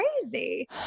crazy